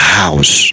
house